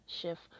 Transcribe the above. shift